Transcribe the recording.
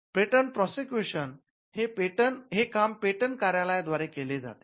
patent prosecution patent प्रक्रिया हे काम पेटंट कार्यालय द्वारे केले जाते